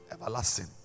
everlasting